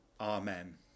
Amen